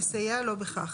יסייע לו בכך,